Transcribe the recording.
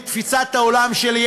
לתפיסת העולם שלי,